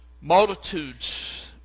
Multitudes